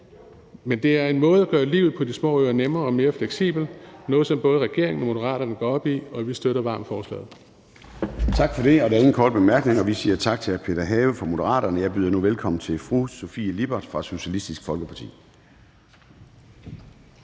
Men det er en måde at gøre livet på de små øer nemmere og mere fleksibelt – det er noget, som både regeringen og Moderaterne går op i – og vi støtter varmt forslaget. Kl. 10:10 Formanden (Søren Gade): Tak for det. Der er ingen korte bemærkninger. Vi siger tak til hr. Peter Have fra Moderaterne, og jeg byder nu velkommen til fru Sofie Lippert fra Socialistisk Folkeparti.